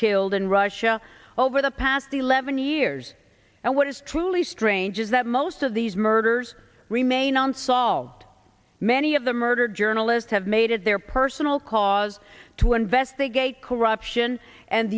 killed in russia over the past eleven years and what is truly strange is that most of these murders remain unsolved many of the murdered journalist have made it their personal cause to investigate corruption and